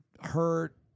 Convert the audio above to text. hurt